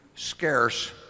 scarce